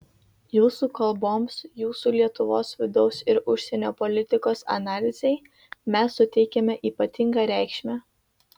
jūsų kalboms jūsų lietuvos vidaus ir užsienio politikos analizei mes suteikiame ypatingą reikšmę